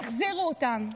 תחזירו אותם.